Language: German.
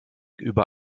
über